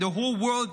and the whole world,